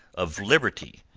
of liberty,